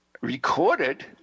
recorded